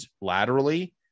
laterally